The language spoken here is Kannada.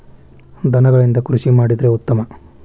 ದನಗಳಿಂದ ಕೃಷಿ ಮಾಡಿದ್ರೆ ಉತ್ತಮ